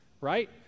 right